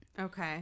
okay